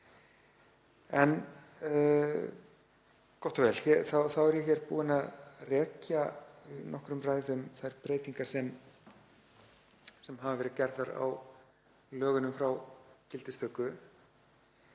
En gott og vel. Þá er ég hér búinn að rekja í nokkrum ræðum þær breytingar sem hafa verið gerðar á lögunum frá gildistöku